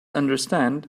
understand